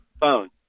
phone